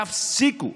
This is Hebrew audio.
תפסיקו.